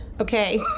okay